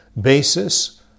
basis